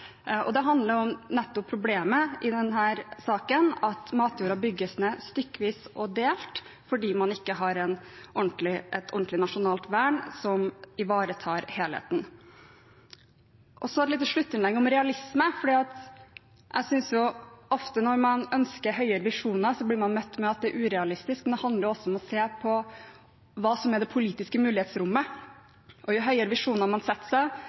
Og det er nettopp det som er problemet i denne saken, at matjorda bygges ned stykkevis og delt fordi man ikke har et ordentlig nasjonalt vern som ivaretar helheten. Så et lite sluttinnlegg om realisme, for jeg synes at ofte når man ønsker høyere visjoner, blir man møtt med at det er urealistisk, men det handler jo også om å se på hva som er det politiske mulighetsrommet. Jo høyere visjoner man setter seg,